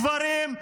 גברים,